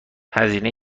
هزینه